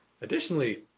Additionally